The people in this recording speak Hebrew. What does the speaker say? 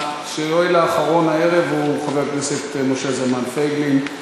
השואל האחרון הערב הוא חבר הכנסת משה זלמן פייגלין.